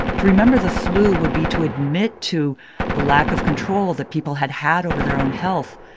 to remember the flu would be to admit to the lack of control that people had had over their own health.